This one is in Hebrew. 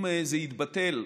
אם זה יתבטל,